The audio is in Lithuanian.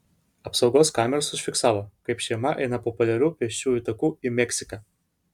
apsaugos kameros užfiksavo kaip šeima eina populiariu pėsčiųjų taku į meksiką